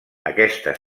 aquesta